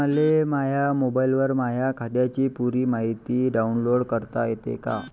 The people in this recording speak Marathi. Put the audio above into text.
मले माह्या मोबाईलवर माह्या खात्याची पुरी मायती डाऊनलोड करता येते का?